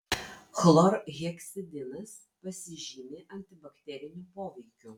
chlorheksidinas pasižymi antibakteriniu poveikiu